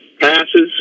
Passes